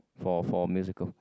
for for a musical